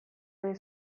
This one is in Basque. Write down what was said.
nahi